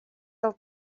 del